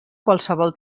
qualsevol